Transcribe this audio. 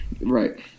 right